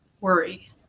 worry